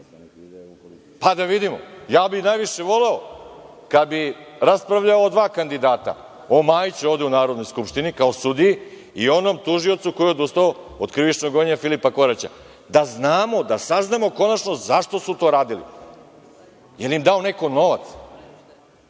Pa da vidimo. Ja bih najviše voleo kad bih raspravljao o dva kandidata ovde u Narodnoj skupštini - o Majiću, kao sudiji i onom tužiocu koji je odustao od krivičnog gonjenja Filipa Koraća, da znamo, da saznamo konačno zašto su to radili. Jel im dao neko novac?